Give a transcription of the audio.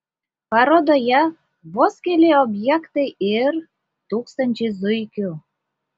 parodoje vos keli objektai ir tūkstančiai zuikių